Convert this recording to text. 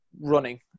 running